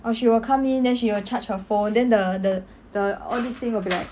oh she will come in then she will charge her phone then the the the all this thing will be like